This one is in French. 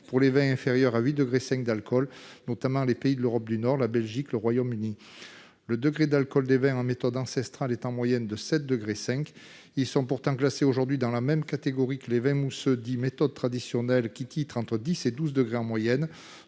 pour les vins titrant à moins de 8,5 degrés d'alcool, notamment les pays de l'Europe du Nord, la Belgique et le Royaume-Uni. Le degré d'alcool des vins en méthode ancestrale est en moyenne de 7,5 degrés, mais ces breuvages sont pourtant classés aujourd'hui dans la même catégorie que les vins mousseux en méthode dite traditionnelle, lesquels titrent entre 10 et 12 degrés en moyenne.